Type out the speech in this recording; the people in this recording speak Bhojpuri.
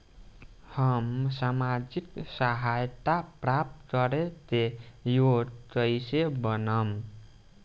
हम सामाजिक सहायता प्राप्त करे के योग्य कइसे बनब?